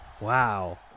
Wow